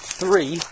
three